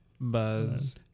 Buzz